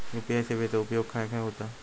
UPI सेवेचा उपयोग खाय खाय होता?